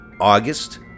August